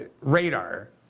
radar